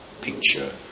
picture